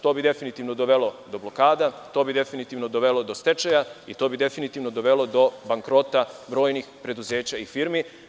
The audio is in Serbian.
To bi definitivno dovelo do blokada, to bi definitivno dovelo do stečaja i to bi definitivno dovelo do bankrota brojnih preduzeća i firmi.